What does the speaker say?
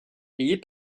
payés